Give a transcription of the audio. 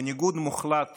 בניגוד מוחלט